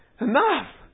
Enough